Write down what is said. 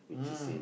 mm